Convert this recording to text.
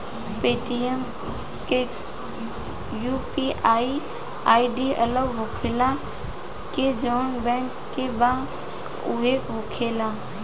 Paytm के UPI ID अलग होखेला की जाऊन बैंक के बा उहे होखेला?